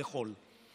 לאכול.